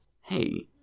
hey